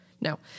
No